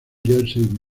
jersey